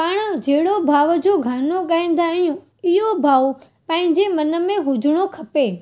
पाण जहिड़ो भाव जो ॻानो ॻाईंदा आहियूं इहो भाव पंहिंजे मन में हुजणो खपे